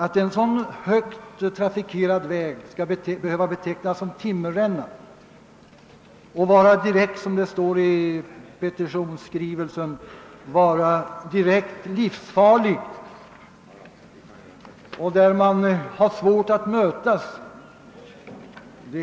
Att en så starkt trafikerad väg som riksväg 84 skall behöva betecknas som »timmerränna» och vara, som det står i petitionsskrivelsen, direkt livsfarlig och på vilken det är svårt att mötas